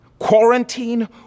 Quarantine